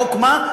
חוק מה?